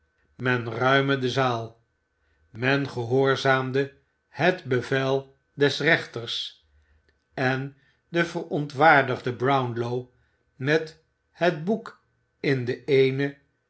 men ruime de zaal men gehoorzaamde het bevel des rechters en de verontwaardigde brownlow met het boek in de eene